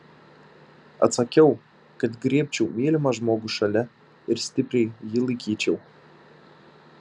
atsakiau kad griebčiau mylimą žmogų šalia ir stipriai jį laikyčiau